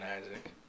Isaac